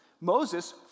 Moses